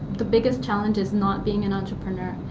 the biggest challenge is not being an entrepreneur.